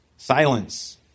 Silence